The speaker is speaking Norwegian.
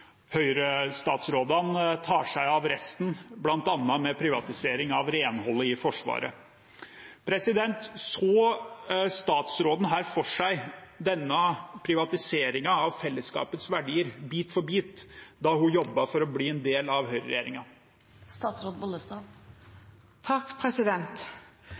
tar seg av resten, bl.a. med privatisering av renholdet i Forsvaret. Så statsråden for seg denne privatiseringen av fellesskapets verdier bit for bit da hun jobbet for å bli en del av